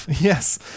Yes